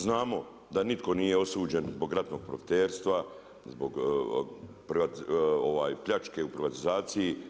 Znamo da nitko nije osuđen zbog ratnog profiterstva, zbog pljačke u privatizaciji.